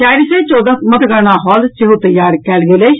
चारि सय चौदह मतगणना हॉल सेहो तैयार कयल गेल अछि